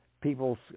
People's